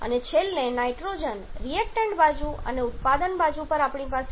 અને છેલ્લે nitrogen reactant બાજુ અને ઉત્પાદન બાજુ પર આપણી પાસે છે N 3